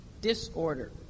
Disorder